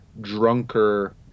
drunker